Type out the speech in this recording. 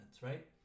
right